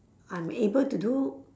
I'm able to do